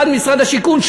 אחד ממשרד השיכון,